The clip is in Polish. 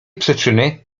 przyczyny